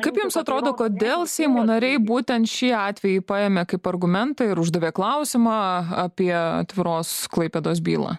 kaip jums atrodo kodėl seimo nariai būtent šį atvejį paėmė kaip argumentą ir uždavė klausimą apie atviros klaipėdos bylą